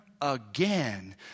again